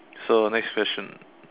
so next question